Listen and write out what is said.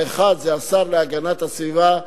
האחד זה השר להגנת הסביבה,